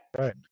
Right